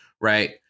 right